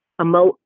emote